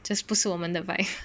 这不是我们的 vibe